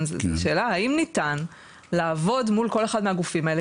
שאלה האם ניתן לעבוד מול כל אחד מהגופים האלו